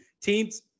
Teams